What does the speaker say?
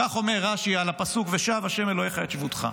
כך אומר רש"י על הפסוק "ושב ה' אלהיך את שבותך".